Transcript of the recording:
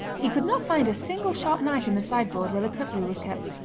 he could not find a single sharp knife in the sideboard where the cutlery was kept,